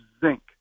zinc